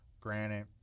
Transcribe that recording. Granite